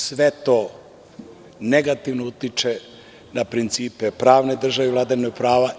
Sve to negativno utiče na principe pravne države i vladavinu prava.